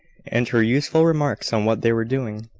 and her useful remarks on what they were doing.